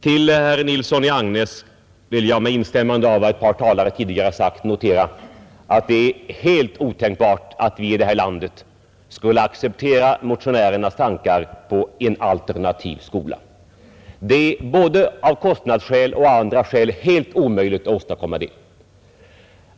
Med instämmande i vad några tidigare talare anfört vill jag säga till herr Nilsson i Agnäs att det är helt otänkbart att vi här i landet skulle acceptera motionärens tankar på en alternativ skola. Det är både av kostnadsoch andra skäl helt omöjligt att göra det.